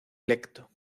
electo